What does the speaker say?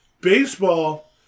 Baseball